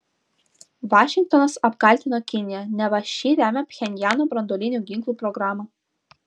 vašingtonas apkaltino kiniją neva ši remia pchenjano branduolinių ginklų programą